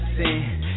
sin